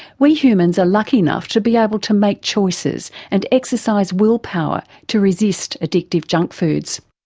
we humans are lucky enough to be able to make choices and exercise willpower to resist addictive junk foods.